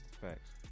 Facts